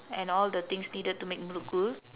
and all the things needed to make murukku